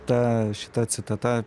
ta šita citata